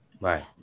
Right